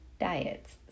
diets